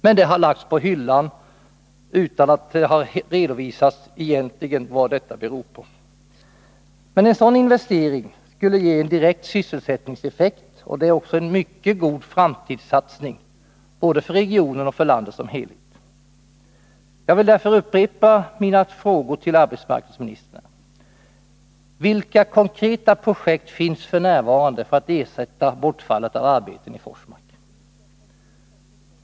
Men saken har lagts på hyllan utan att det har redovisats vad detta egentligen beror på. Men en sådan investering skulle innebära en direkt sysselsättningseffekt. Det skulle också vara en mycket god framtidssatsning, både för regionen och för landet som helhet. Jag vill därför upprepa mina frågor till arbetsmarknadsministern: Vilka konkreta projekt finns det f. n. när det gäller att ersätta bortfallet av arbeten i Forsmark?